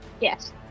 Yes